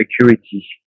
security